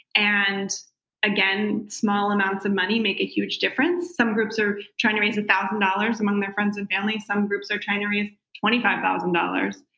and again, small amounts of money make a huge difference. some groups are trying to raise one and thousand dollars among their friends and family some groups are trying to raise twenty five thousand dollars.